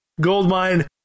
Goldmine